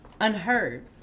unheard